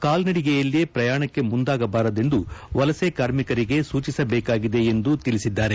ಕಾಲ್ನಡಿಗೆಯಲ್ಲಿ ಪ್ರಯಾಣಕ್ಕೆ ಮುಂದಾಗಬಾರದೆಂದು ವಲಸೆ ಕಾರ್ಮಿಕರಿಗೆ ಸೂಚಿಸಬೇಕಾಗಿದೆ ಎಂದು ತಿಳಿಸಿದ್ದಾರೆ